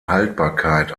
haltbarkeit